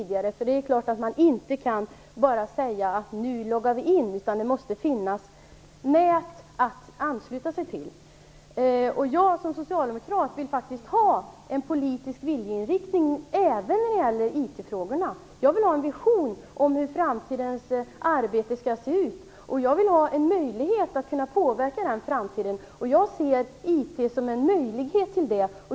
Det är klart att man inte bara kan säga: Nu loggar vi in. Det måste finnas nät att ansluta sig till. Som socialdemokrat vill jag faktiskt ha en politisk viljeinriktning även när det gäller IT-frågorna. Jag vill ha en vision om hur framtidens arbete skall se ut. Jag vill ha en möjlighet att påverka den framtiden. Jag ser IT som en möjlighet till det.